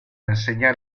enseñar